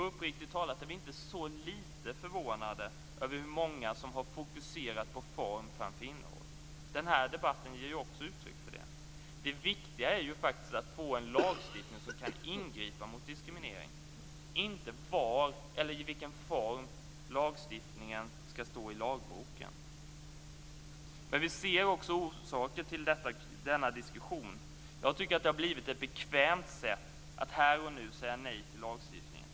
Uppriktigt talat är vi inte så lite förvånade över hur många som har fokuserat på form framför innehåll. Den här debatten ger ju också uttryck för det. Det viktiga är ju faktiskt att få en lagstiftning som kan ingripa mot diskriminering och inte var eller i vilken form lagstiftningen skall stå i lagboken. Vi ser också orsakerna till denna diskussion. Jag tycker att det har blivit ett bekvämt sätt att här och nu säga nej till lagstiftningen.